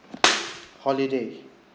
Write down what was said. holiday